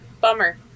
bummer